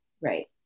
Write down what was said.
Right